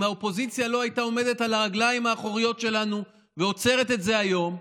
אם האופוזיציה לא הייתה עומדת על הרגליים האחוריות ועוצרת את זה היום,